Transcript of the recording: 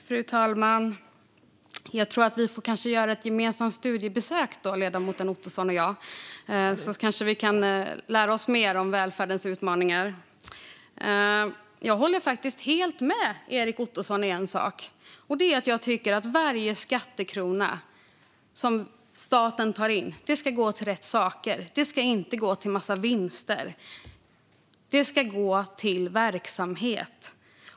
Fru talman! Jag tror kanske att vi får göra ett gemensamt studiebesök, ledamoten Ottoson och jag, så kanske vi kan lära oss mer om välfärdens utmaningar. Jag håller faktiskt helt med Erik Ottoson om en sak, och det är att varje skattekrona som staten tar in ska gå till rätt saker. Det ska inte gå till en massa vinster, utan det ska gå till verksamhet.